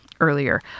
earlier